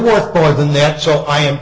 worth more than that so i am